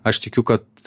aš tikiu kad